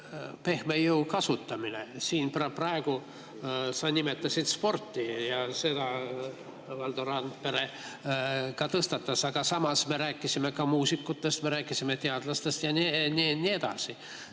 pehme jõu kasutamine. Siin praegu sa nimetasid sporti ja seda Valdo Randpere ka tõstatas. Aga samas me rääkisime muusikutest, me rääkisime ka teadlastest ja nii edasi.